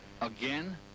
Again